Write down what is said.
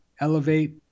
elevate